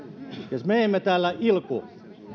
siis me emme täällä ilku